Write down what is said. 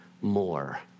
more